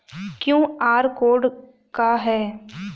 QR code का ह?